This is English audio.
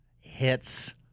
hits